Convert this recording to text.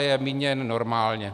Je míněn normálně.